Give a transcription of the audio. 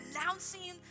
announcing